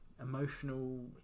emotional